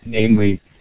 namely